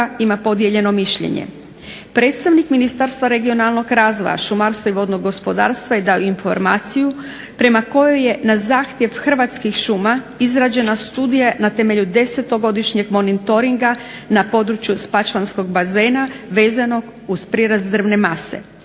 ima podijeljeno mišljenje. Predstavnik Ministarstva regionalnog razvoja, šumarstva i vodnog gospodarstva je dao informaciju prema kojoj je na zahtjev Hrvatskih šuma izrađena studija na temelju desetogodišnjeg monitoringa na području spačvanskog bazena vezanog uz prirast drvne mase.